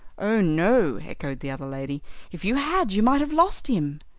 oh no, echoed the other lady if you had you might have lost him.